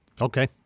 Okay